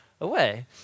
away